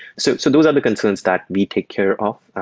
so so those are the concerns that we take care of.